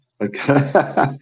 Okay